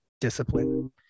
discipline